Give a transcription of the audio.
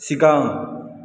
सिगां